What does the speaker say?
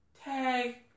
tag